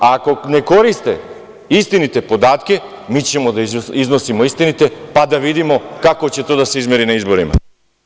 Ako ne koriste istinite podatke, mi ćemo da iznosimo istinite, pa da vidimo kako će to da se izmeri na izborima.